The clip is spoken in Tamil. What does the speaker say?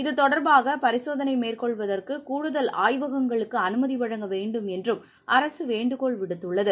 இது தொடர்பாக பரிசோதனை மேற்கொள்வதற்கு கூடுதல் ஆய்வகங்களுக்கு அனுமதி வழங்கவேண்டும் என்றும் அரசு வேண்டுகோள் விடுத்துள்ளது